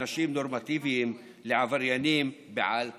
אנשים נורמטיביים לעבריינים בעל כורחם.